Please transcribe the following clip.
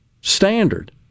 standard